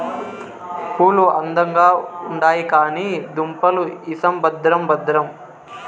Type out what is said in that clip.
పూలు అందంగా ఉండాయి కానీ దుంపలు ఇసం భద్రం భద్రం